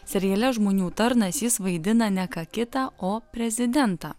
seriale žmonių tarnas jis vaidina ne ką kitą o prezidentą